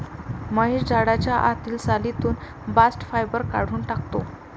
महेश झाडाच्या आतील सालीतून बास्ट फायबर काढून टाकतो